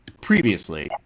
previously